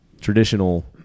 traditional